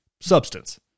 substance